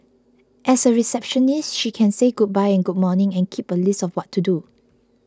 as a receptionist she can say goodbye and good morning and keep a list of what to do